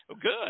Good